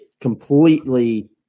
completely